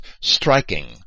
striking